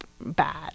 bad